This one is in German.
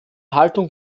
haltung